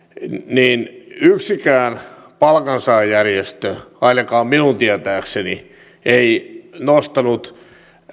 niin yksikään palkansaajajärjestö ainakaan minun tietääkseni ei nostanut